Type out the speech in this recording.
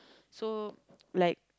so like